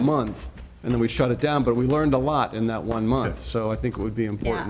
a month and then we shut it down but we learned a lot in that one month so i think it would be important